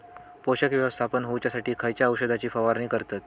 पोषक व्यवस्थापन होऊच्यासाठी खयच्या औषधाची फवारणी करतत?